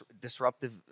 disruptive